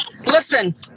listen